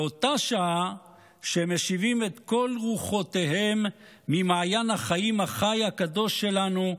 באותה שעה שהם משיבים את כל רוחותיהם ממעיין החיים החי הקדוש שלנו,